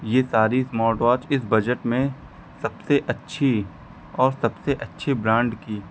यह सारी इस्मार्टवाच इस बजट में सबसे अच्छी और सबसे अच्छे ब्रांड की